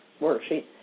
worksheet